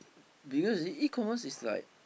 do you use E-commerce is like